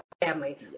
family